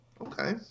Okay